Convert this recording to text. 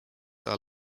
are